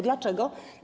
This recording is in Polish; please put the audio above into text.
Dlaczego?